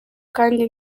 kandi